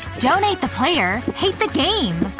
don't hate the player, hate the game!